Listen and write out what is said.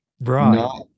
right